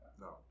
No